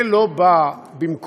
זה לא בא במקום